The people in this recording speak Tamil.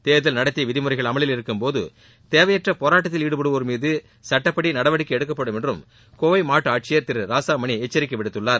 தேர்தல் நடத்தை விதிமுறைகள் அமலில் இருக்கும் போது தேவையற்ற போராட்டத்தில் ஈடுபடுவோர் மீது சுட்டப்படி நடவடிக்கை எடுக்கப்படும் என்றும் கோவை மாவட்ட ஆட்சியர் திரு ராசாமணி எச்சரிக்கை விடுத்துள்ளார்